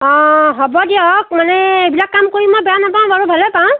অ' হ'ব দিয়ক মানে এইবিলাক কাম কৰি মই বেয়া নাপাওঁ বাৰু ভালে পাওঁ